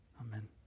amen